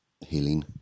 healing